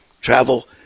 Travel